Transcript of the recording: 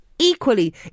Equally